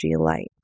light